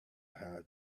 how